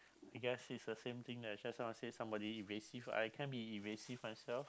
I guess it's the same thing that I just wanna say somebody evasive I can be evasive myself